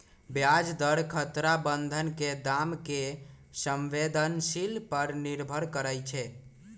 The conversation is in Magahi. ब्याज दर खतरा बन्धन के दाम के संवेदनशील पर निर्भर करइ छै